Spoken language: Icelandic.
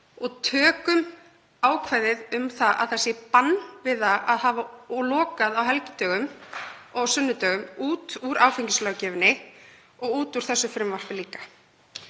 og tökum ákvæðið um bann við að hafa opið á helgidögum og sunnudögum út úr áfengislöggjöfinni og út úr þessu frumvarpi líka.